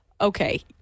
okay